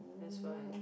that's why